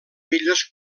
illes